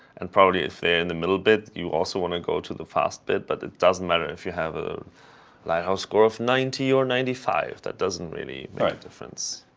and probably if they're in the middle bit, you also want to go to the fast bit. but it doesn't matter if you have a lighthouse score of ninety or ninety five. that doesn't really make a difference.